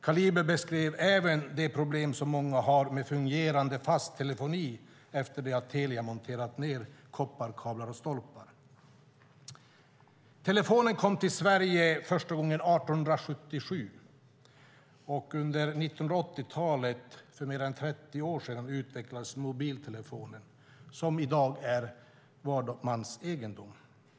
Kaliber beskrev även det problem som många har med fungerande fast telefoni efter det att Telia har monterat ned kopparkablar och stolpar. Telefonen kom till Sverige första gången 1877. Under 1980-talet, för mer än 30 år sedan, utvecklades mobiltelefonen, som i dag är var mans egendom.